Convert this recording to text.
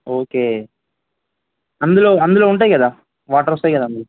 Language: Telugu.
ఓకే అందులో అందులో ఉంటాయి కదా వాటర్ వస్తాయి కదా